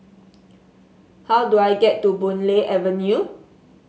how do I get to Boon Lay Avenue